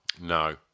No